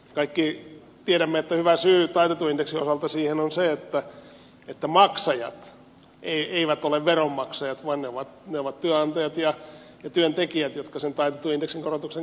kaikki tiedämme että hyvä syy taitetun indeksin osalta siihen on se että maksajia eivät ole veronmaksajat vaan ne ovat työnantajat ja työntekijät jotka sen taitetun indeksin korotuksenkin maksavat